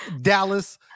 Dallas